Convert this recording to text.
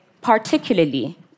particularly